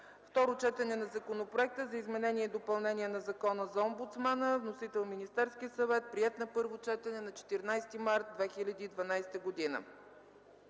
Второ четене на Законопроекта за изменение и допълнение на Закона за омбудсмана. Вносител – Министерският съвет. Приет на първо четене на 14 март 2012 г.